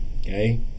Okay